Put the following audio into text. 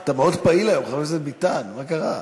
אתה מאוד פעיל היום, חבר הכנסת ביטן, מה קרה?